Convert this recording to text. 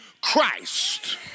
Christ